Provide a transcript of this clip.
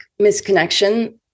misconnection